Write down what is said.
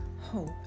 hope